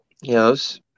Yes